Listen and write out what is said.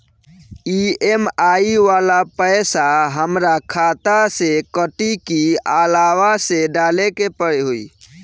EMI वाला पैसा हाम्रा खाता से कटी की अलावा से डाले के होई?